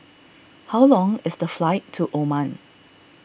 how long is the flight to Oman